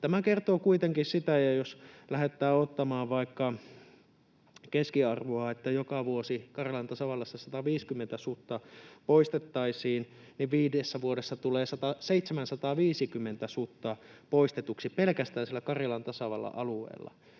Tämä kertoo kuitenkin siitä, että jos lähdetään ottamaan vaikka sellaista keskiarvoa, että joka vuosi Karjalan tasavallassa 150 sutta poistettaisiin, niin viidessä vuodessa tulee 750 sutta poistetuksi pelkästään sillä Karjalan tasavallan alueella.